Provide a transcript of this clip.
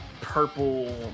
purple